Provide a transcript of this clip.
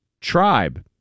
Tribe